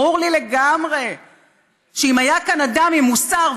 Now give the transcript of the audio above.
ברור לי לגמרי שאם היה כאן אדם עם מוסר,